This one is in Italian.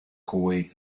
cui